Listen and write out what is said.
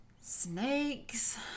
snakes